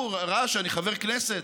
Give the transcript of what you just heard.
הוא ראה שאני חבר כנסת.